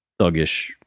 thuggish